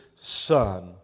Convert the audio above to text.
Son